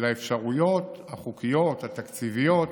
לאפשרויות החוקיות, התקציביות.